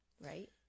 Right